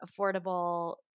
affordable